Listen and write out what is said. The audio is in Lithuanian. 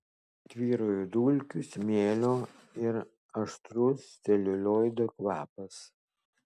tvyrojo dulkių smėlio ir aštrus celiulioido kvapas